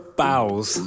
bowels